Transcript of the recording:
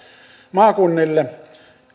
maakunnille